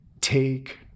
take